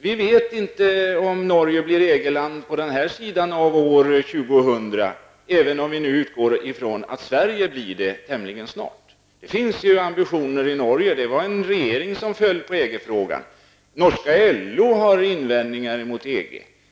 Vi vet inte om Norge blir EG-land på den här sidan av år 2000, även om vi nu utgår från att Sverige blir det tämligen snart. Det finns ju ambitioner i Norge. Det var en regering som föll på EG-frågan. Norska LO har invändningar mot EG.